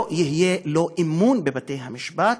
לא יהיה לו אמון בבתי-המשפט,